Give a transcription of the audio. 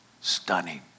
Stunning